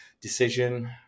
decision